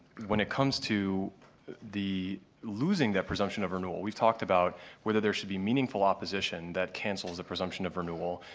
when it comes to the losing that presumption of renewal, we've talked about whether there should be meaningful opposition that cancels the presumption of renewal.